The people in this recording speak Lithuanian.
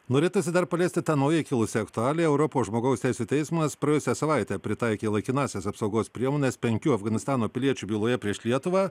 norėtųsi dar paliesti tą naujai kilusią aktualią europos žmogaus teisių teismas praėjusią savaitę pritaikė laikinąsias apsaugos priemones penkių afganistano piliečių byloje prieš lietuvą